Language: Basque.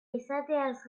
izateaz